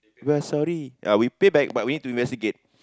we are sorry ah we pay back but we need to investigate